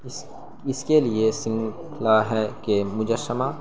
اس اس کے لیے ہے کہ مجسمہ